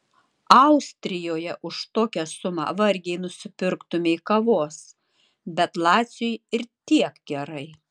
austrijoje už tokią sumą vargiai nusipirktumei kavos bet laciui ir tiek gerai